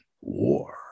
war